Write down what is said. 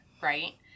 right